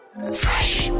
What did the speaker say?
Fresh